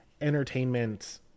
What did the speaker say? entertainment